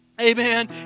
Amen